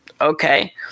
okay